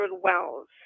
wells